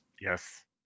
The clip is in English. Yes